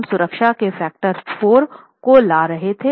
हम सुरक्षा के फैक्टर 4 को ला रहे थे